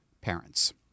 parents